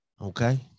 Okay